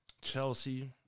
Chelsea